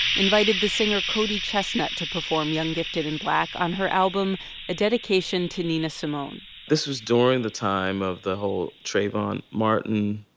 invited the singer cody chesnutt to perform young, gifted and black on her album a dedication to nina simone. this was during the time of the whole trayvon martin